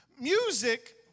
Music